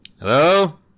Hello